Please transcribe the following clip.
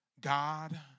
God